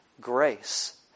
grace